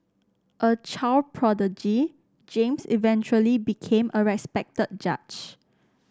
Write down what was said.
a child prodigy James eventually became a respected judge